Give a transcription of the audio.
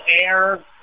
air